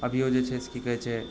अभियो जे छै से की कहै छै